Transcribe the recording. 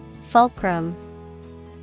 Fulcrum